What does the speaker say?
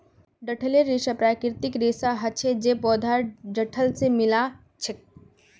डंठलेर रेशा प्राकृतिक रेशा हछे जे पौधार डंठल से मिल्आ छअ